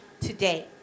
today